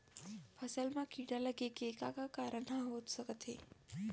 फसल म कीड़ा लगे के का का कारण ह हो सकथे?